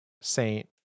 Saint